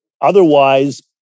Otherwise